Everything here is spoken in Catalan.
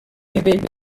nivell